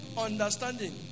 understanding